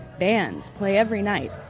bands play every night.